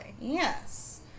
Yes